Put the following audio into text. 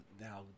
now